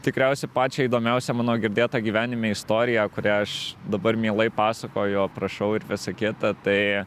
tikriausiai pačią įdomiausią mano girdėtą gyvenime istoriją kurią aš dabar mielai pasakoju aprašau ir visa kita tai